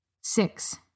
Six